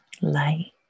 light